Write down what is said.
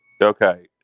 Okay